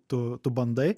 tu tu bandai